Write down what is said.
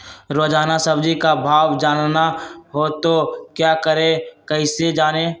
रोजाना सब्जी का भाव जानना हो तो क्या करें कैसे जाने?